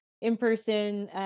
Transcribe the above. in-person